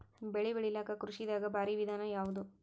ಬೆಳೆ ಬೆಳಿಲಾಕ ಕೃಷಿ ದಾಗ ಭಾರಿ ವಿಧಾನ ಯಾವುದು?